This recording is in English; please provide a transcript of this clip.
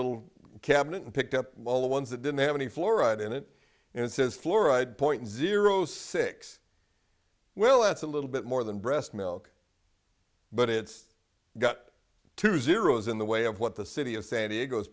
little cabinet and picked up all the ones that didn't have any fluoride in it and it says fluoride point zero six well that's a little bit more than breast milk but it's got two zeros in the way of what the city of san diego